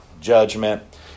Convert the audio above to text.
judgment